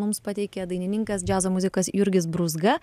mums pateikė dainininkas džiazo muzikas jurgis brūzga